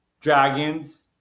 dragons